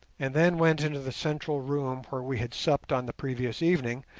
and then went into the central room where we had supped on the previous evening,